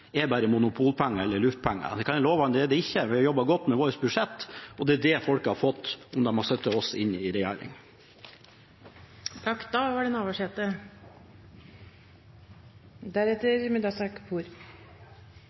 budsjett, bare dreier seg om monopolpenger eller luftpenger. Jeg kan love at slik er det ikke. Vi har jobbet godt med vårt budsjett, og det er det folk hadde fått om de hadde satt oss inn i regjering. Representanten Liv Signe Navarsete